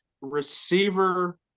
receiver